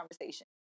conversation